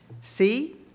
see